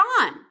on